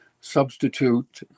substitute